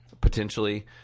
potentially